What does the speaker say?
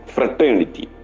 Fraternity